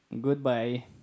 Goodbye